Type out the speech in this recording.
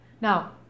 now